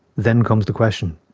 then comes the question.